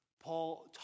Paul